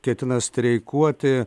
ketina streikuoti